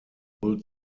old